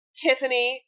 Tiffany